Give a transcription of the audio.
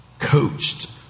Coached